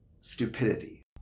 stupidity